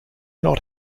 not